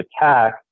attack